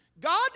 God